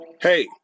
Hey